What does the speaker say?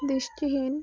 দৃষ্টিহীন